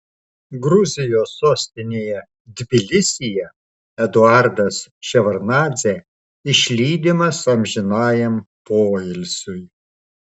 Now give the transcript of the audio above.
gruzijos sostinėje tbilisyje eduardas ševardnadzė išlydimas amžinajam poilsiui